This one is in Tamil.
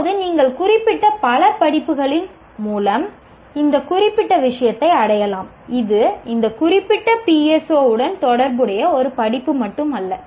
இப்போது நீங்கள் குறிப்பிட்ட பல படிப்புகளின் மூலம் இந்த குறிப்பிட்ட விஷயத்தை அடையலாம் இது இந்த குறிப்பிட்ட PSO உடன் தொடர்புடைய ஒரு படிப்பு மட்டுமல்ல